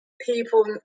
people